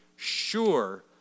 sure